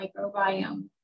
microbiome